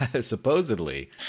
supposedly